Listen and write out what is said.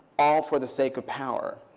all for the sake of power?